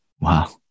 Wow